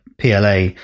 PLA